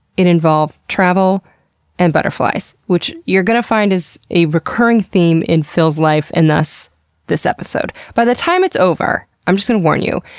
it involved travel and butterflies, which you're gonna find is a recurring theme in phil's life and thus this episode. by the time it's over, i'm just gonna warn you,